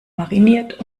mariniert